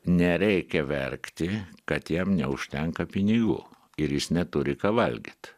nereikia verkti kad jam neužtenka pinigų ir jis neturi ką valgyt